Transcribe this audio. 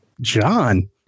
John